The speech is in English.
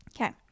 Okay